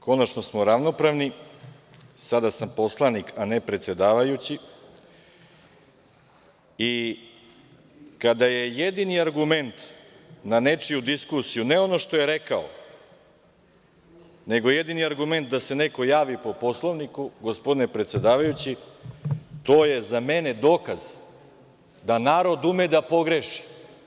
Konačno smo ravnopravni, sada sam poslanik, a ne predsedavajući i kada je jedini argument na nečiju diskusiju, ne ono što je rekao, nego jedini argument da se neko javi po Poslovniku, gospodine predsedavajući, to je za mene dokaz da narod ume da pogreši.